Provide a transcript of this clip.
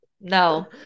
no